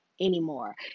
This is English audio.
anymore